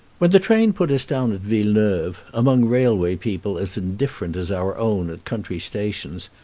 when the train put us down at villeneuve, among railway people as indifferent as our own at country stations,